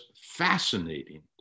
fascinating